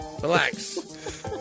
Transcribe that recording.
Relax